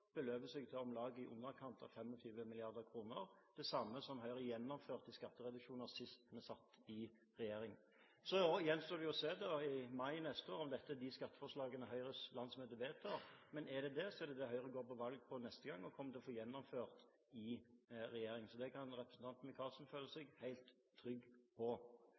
beløper seg til om lag i underkant av 25 mrd. kr, det samme som Høyre gjennomførte i skattereduksjoner sist vi satt i regjering. Så gjenstår det å se i mai neste år om dette er de skatteforslagene Høyres landsmøte vedtar, men om det er det, er det det Høyre går til valg på neste gang og kommer til å få gjennomført i regjering. Så det kan representanten Micaelsen føle seg helt trygg på.